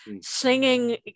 singing